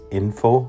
info